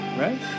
Right